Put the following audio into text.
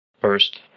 first